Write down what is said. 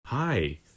Hi